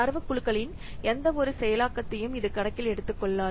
தரவு குழுக்களின் எந்தவொரு செயலாக்கத்தையும் இது கணக்கில் எடுத்துக்கொள்ளாது